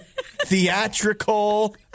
theatrical